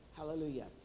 Hallelujah